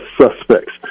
suspects